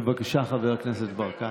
בבקשה, חבר הכנסת ברקת.